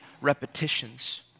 repetitions